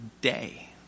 day